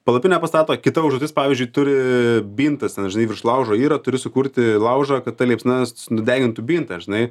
palapinę pastato kita užduotis pavyzdžiui turi bintas ten žinai virš laužo yra turi sukurti laužą kad ta liepsna nudegintų bintą žinai